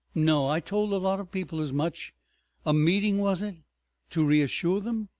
no! i told a lot of people as much a meeting was it to reassure them.